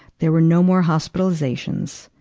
there were no more hospitalizations.